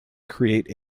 create